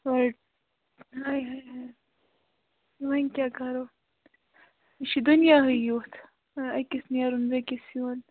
ہاے ہاے ہاے وۅنۍ کیٛاہ کَرو یہِ چھُ دُنیا ہٕے یُتھ أکِس نیرُن بیٚیِس یُن